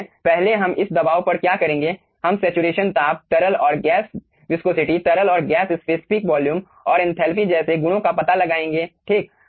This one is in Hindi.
इसलिए पहले हम इस दबाव पर क्या करेंगे हम सैचुरेशन ताप तरल और गैस विस्कोसिटी तरल और गैस स्पेसिफिक वॉल्यूम और एंथैल्पी जैसे गुणों का पता लगाएंगे ठीक